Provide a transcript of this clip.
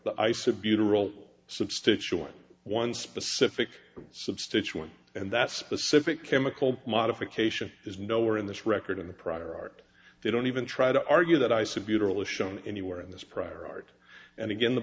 the ice a beautiful substantial in one specific substance one and that specific chemical modification is nowhere in this record in the prior art they don't even try to argue that i see beautiful is shown anywhere in this prior art and again the